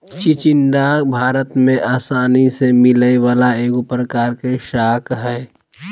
चिचिण्डा भारत में आसानी से मिलय वला एगो प्रकार के शाक हइ